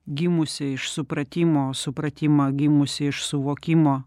gimusį iš supratimo supratimą gimusį iš suvokimo